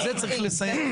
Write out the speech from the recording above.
את זה צריך לסייג.